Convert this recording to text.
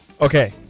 Okay